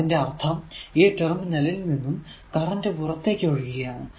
അതിന്റെ അർഥം ഈ ടെർമിനൽ ൽ നിന്നും കറന്റ് പുറത്തേക്ക് ഒഴുകുകയാണ്